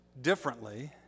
differently